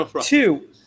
Two